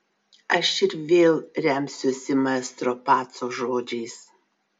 aš ir vėl remsiuosi maestro paco žodžiais